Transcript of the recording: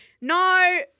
no